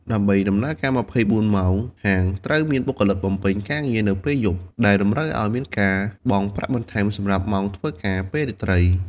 ដើម្បីដំណើរការ ២៤ ម៉ោង ហាងត្រូវមានបុគ្គលិកបំពេញការងារនៅពេលយប់ ដែលតម្រូវឲ្យមានការបង់ ប្រាក់បន្ថែមសម្រាប់ម៉ោងធ្វើការពេលរាត្រី។